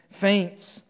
faints